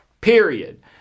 Period